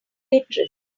waitress